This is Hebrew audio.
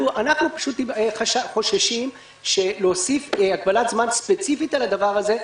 אנחנו חוששים שלהוסיף הגבלת זמן ספציפית על הדבר הזה,